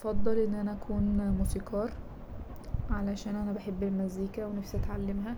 هفضل ان انا اكون موسيقار علشان انا بحب المزيكا ونفسي اتعلمها